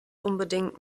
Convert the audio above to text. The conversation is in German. unbedingt